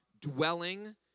dwelling